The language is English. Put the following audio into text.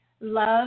love